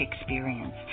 experience